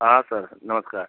हाँ सर नमस्कार